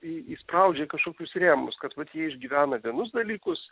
į įspraudžia į kažkokius rėmus kad vat jie išgyvena vienus dalykus